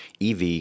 EV